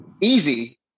easy